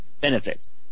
benefits